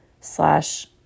slash